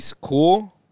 cool